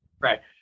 Right